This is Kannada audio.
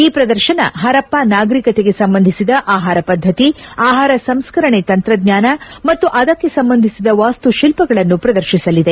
ಈ ಪ್ರದರ್ಶನ ಹರಪ್ಪಾ ನಾಗರಿಕತೆಗೆ ಸಂಬಂಧಿಸಿದ ಆಹಾರ ಪದ್ದತಿ ಆಹಾರ ಸಂಸ್ಕರಣೆ ತಂತ್ರಜ್ಞಾನ ಮತ್ತು ಅದಕ್ಕೆ ಸಂಬಂಧಿಸಿದ ವಾಸ್ತುಶಿಲ್ಪಗಳನ್ನು ಪ್ರದರ್ಶಿಸಲಿದೆ